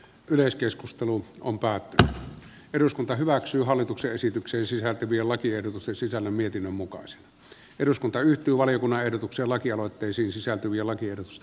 yleiskeskustelu on päättänyt eduskunta hyväksyy hallituksen esitykseen sisältyviä lakiehdotuksen sisällön mietinnön mukaisen eduskunta yhtyvaliokunnan ehdotuksen lakialoitteisiin sisältyviä lakiehdotusta